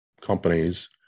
companies